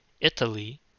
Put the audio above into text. Italy